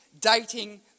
dating